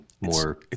more